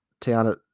Tiana